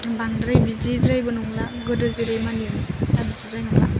बांद्राय बिदिद्रायबो नंला गोदो जेरै मानियोमोन दा बिदिद्राय नंला